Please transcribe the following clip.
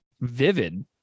vivid